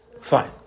Fine